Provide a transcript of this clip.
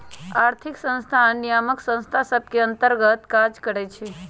आर्थिक संस्थान नियामक संस्था सभ के अंतर्गत काज करइ छै